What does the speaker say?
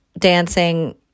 dancing